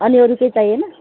अनि अरू केही चाहिएन